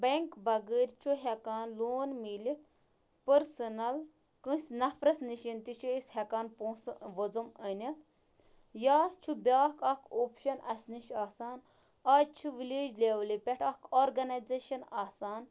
bank بغٲر چھُ ہٮ۪کان لون میٖلِتھ پٔرسٕنَل کٲنٛسہِ نفرَس نِش تہِ چھِ أسۍ ہٮ۪کان پونٛسہٕ وَزُم أنِتھ یا چھُ بیٛاکھ اَکھ اوٚپشَن اَسہِ نِش آسان آز چھِ وِلیج لٮ۪ولہِ پٮ۪ٹھ اَکھ آرگنایزیشَن آسان